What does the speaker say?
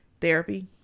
therapy